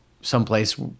someplace